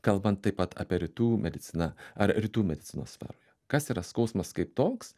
kalbant taip pat apie rytų mediciną ar rytų medicinos sferoje kas yra skausmas kaip toks